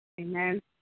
Amen